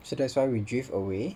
so that's why we drift away